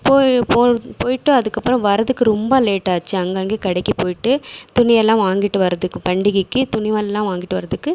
போய் போய்ட்டு அதுக்கப்புறம் வரத்துக்கு ரொம்ப லேட் ஆச்சு அங்கங்கே கடைக்கு போய்ட்டு துணியெல்லாம் வாங்கிட்டு வரத்துக்கு பண்டிகைக்கு துணியெல்லாம் வாங்கிட்டு வரதுக்கு